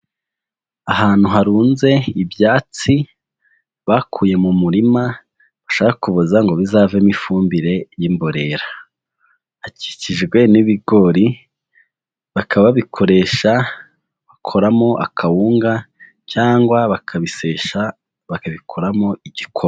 Ahantu harunze ibyatsi bakuye mu murima bashaka kuboza ngo bizavemo ifumbire y'imborera. Hakikijwe n'ibigori, baka babikoresha bakoramo akawunga cyangwa bakabisesa bakabikoramo igikoma.